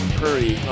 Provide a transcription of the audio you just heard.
hurry